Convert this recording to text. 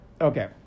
okay